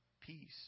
peace